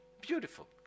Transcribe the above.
Beautiful